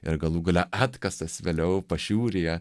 ir galų gale atkastas vėliau pašiūrėje